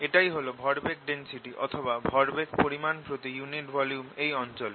এটাই হল ভরবেগ ডেন্সিটি অথবা ভরবেগ পরিমান প্রতি ইউনিট ভলিউম এই অঞ্চলে